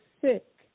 sick